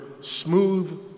smooth